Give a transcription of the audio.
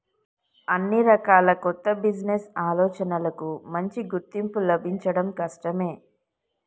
అన్ని రకాల కొత్త బిజినెస్ ఆలోచనలకూ మంచి గుర్తింపు లభించడం కష్టమే